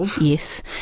Yes